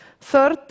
Third